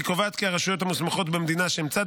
היא קובעת כי הרשויות המוסמכות במדינות שהן צד